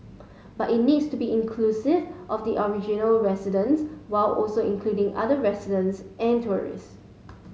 but it needs to be inclusive of the original residents while also including other residents and tourists